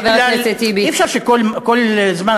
אי-אפשר שכל הזמן,